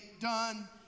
done